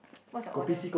what's your order